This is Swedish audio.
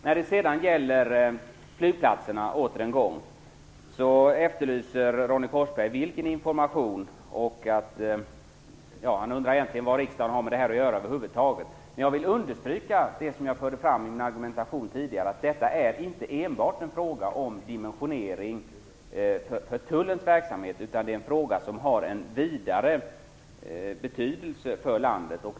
När det sedan åter en gång gäller flygplatserna efterlyser Ronny Korsberg information och undrar vad riksdagen har att göra med detta över huvud taget. Jag vill understryka det som jag förde fram i min argumentation tidigare. Detta är inte enbart en fråga om dimensionering för tullens verksamhet. Det är en fråga som har en vidare betydelse för landet.